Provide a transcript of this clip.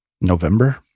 November